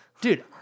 Dude